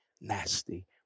nasty